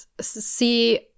see